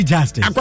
Justice